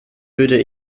würde